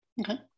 Okay